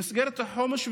במסגרת החומש,